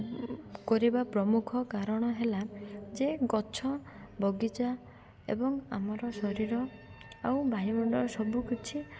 କରିବା ପ୍ରମୁଖ କାରଣ ହେଲା ଯେ ଗଛ ବଗିଚା ଏବଂ ଆମର ଶରୀର ଆଉ ବାହ୍ୟମଣ୍ଡଳର ସବୁକିଛି